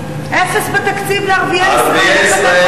אפס בתקציב לערביי ישראל,